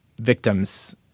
victims